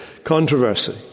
Controversy